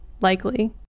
likely